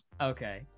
Okay